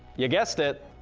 you guessed it!